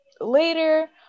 later